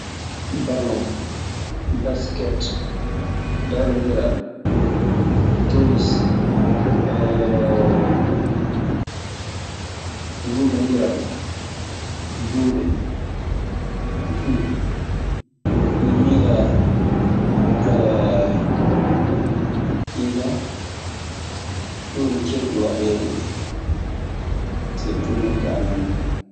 Fulfulde, Arabunkoore, Anglenkoore, Almankoore, Bamarankoore, Sinuwankore. Miɗe miila ɗii kaa, ɗii woni keewɗe waɗeede ɗii ka. Sirtu nokku amen gaa.